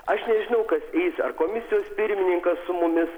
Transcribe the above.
aš nežinau kas eis ar komisijos pirmininkas su mumis